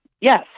Yes